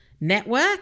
network